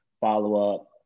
follow-up